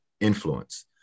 influence